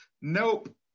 Nope